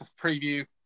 preview